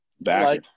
Back